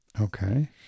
Okay